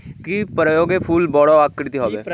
কি প্রয়োগে ফুল বড় আকৃতি হবে?